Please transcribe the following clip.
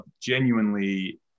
genuinely